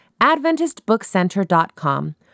adventistbookcenter.com